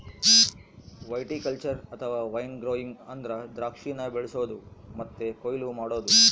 viticulture ಅಥವಾ wine growing ಅಂದ್ರ ದ್ರಾಕ್ಷಿನ ಬೆಳಿಸೊದು ಮತ್ತೆ ಕೊಯ್ಲು ಮಾಡೊದು